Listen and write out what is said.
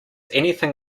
anything